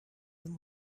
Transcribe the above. them